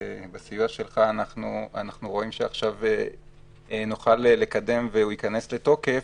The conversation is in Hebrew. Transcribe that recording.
בסיוע שלך אנחנו רואים שעכשיו נוכל לקדם והוא ייכנס לתוקף